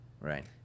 right